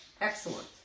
Excellent